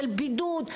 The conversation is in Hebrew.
של בידוד,